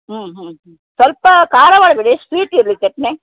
ಹ್ಞೂ ಹ್ಞೂ ಹ್ಞೂ ಸ್ವಲ್ಪ ಖಾರ ಮಾಡಬೇಡಿ ಸ್ವೀಟ್ ಇರಲಿ ಚಟ್ನಿ